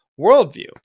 worldview